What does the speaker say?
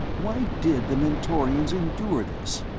why did the mentorians endure this,